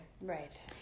Right